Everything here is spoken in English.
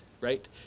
right